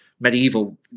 Medieval